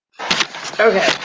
Okay